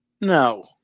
No